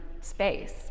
space